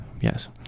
Yes